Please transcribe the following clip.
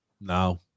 No